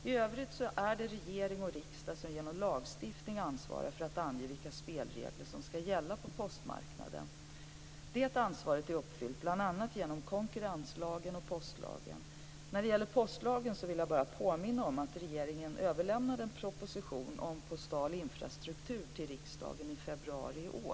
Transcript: I övrigt är det regering och riksdag som genom lagstiftning ansvarar för att ange vilka spelregler som skall gälla på postmarknaden. Det ansvaret är uppfyllt bl.a. genom konkurrenslagen och postlagen. När det gäller postlagen vill jag påminna om att regeringen överlämnade en proposition om postal infrastruktur till riksdagen i februari i år.